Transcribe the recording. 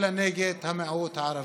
אלא נגד המיעוט הערבי.